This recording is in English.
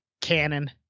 canon